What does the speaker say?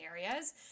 areas